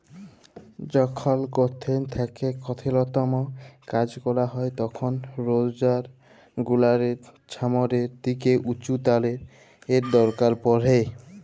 যখল কঠিল থ্যাইকে কঠিলতম কাজ ক্যরা হ্যয় তখল রোডার গুলালের ছামলের দিকে উঁচুটালের দরকার পড়হে